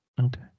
okay